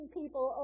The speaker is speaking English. people